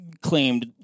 claimed